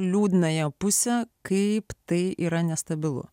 liūdnąją pusę kaip tai yra nestabilu